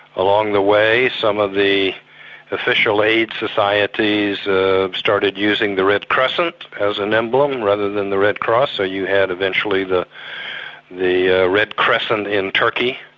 along the way some of the official aid societies started using the red crescent as an emblem and rather than the red cross, so you had eventually the the ah red crescent in turkey,